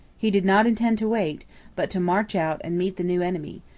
he did not intend to wait but to march out and meet the new enemy,